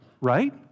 right